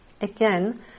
Again